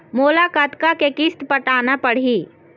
मोला कतका के किस्त पटाना पड़ही?